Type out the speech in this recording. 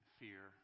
fear